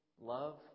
love